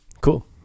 cool